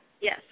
Yes